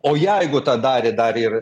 o jeigu tą darė dar ir